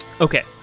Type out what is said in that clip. Okay